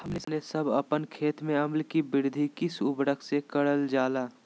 हमने सब अपन खेत में अम्ल कि वृद्धि किस उर्वरक से करलजाला?